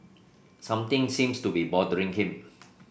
something seems to be bothering him